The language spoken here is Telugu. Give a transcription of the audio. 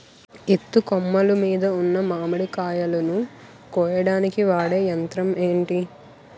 ఎత్తు కొమ్మలు మీద ఉన్న మామిడికాయలును కోయడానికి వాడే యంత్రం ఎంటి?